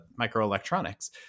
microelectronics